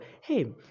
hey